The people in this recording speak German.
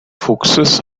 fuchses